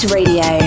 Radio